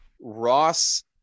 Ross